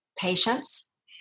patience